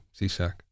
CSAC